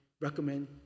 recommend